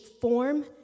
form